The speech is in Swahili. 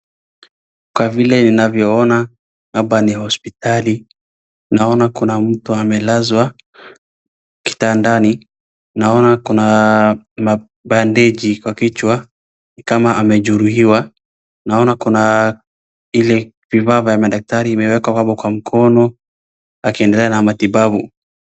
Kwa vile ninavyoona, hapa ni hospitali, naona kuna mtu amelazwa kitandaani, naona kuna bandeji kwa kichwa ni kama amejeruhiwa, naona kuna kifaa vya madaktari imeekwa hapo kwa mkono akiendelea na matibabu.